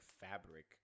fabric